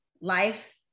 Life